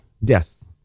yes